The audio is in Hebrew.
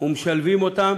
ומשלבים אותם.